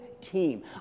team